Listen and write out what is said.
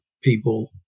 people